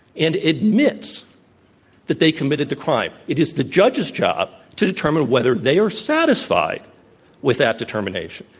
and admits that they committed the crime. it is the judge's job to determine whether they are satisfied with that determination.